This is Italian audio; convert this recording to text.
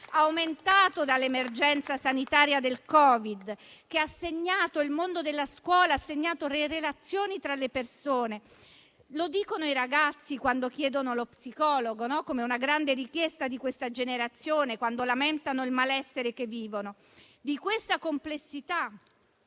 aumentato dall'emergenza sanitaria del Covid-19, che ha segnato il mondo della scuola e le relazioni tra le persone. Ce lo dicono i ragazzi quando chiedono lo psicologo, una grande richiesta di questa generazione, e quando lamentano il malessere che vivono. Questa complessità